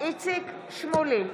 איציק שמולי,